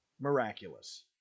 miraculous